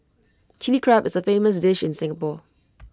Chilli Crab is A famous dish in Singapore